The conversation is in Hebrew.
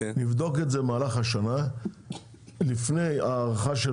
נבדוק את זה במהלך השנה לפני ההארכה של